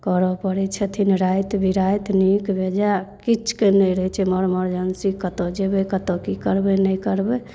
करऽ पड़ै छथिन राति बेराति नीक बेजाए किछुके नहि रहै छै एम्हर ओम्हर जहन से कतहु जेबै कतहु कि करबै नहि करबै